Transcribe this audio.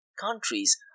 countries